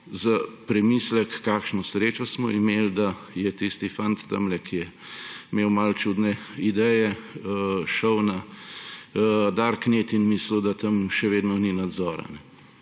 za premislek, kakšno srečo smo imeli, da je tisti fant, ki je imel malo čudne ideje, šel na darknet in mislil, da tam še vedno ni nadzora,